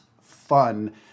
fun